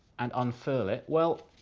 and unfurl it. well,